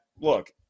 look